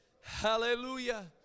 Hallelujah